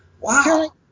wow